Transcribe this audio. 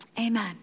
amen